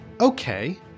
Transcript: okay